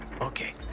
Okay